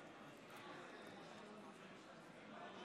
בעד,